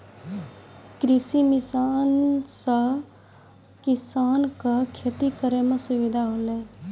कृषि मसीन सें किसान क खेती करै में सुविधा होलय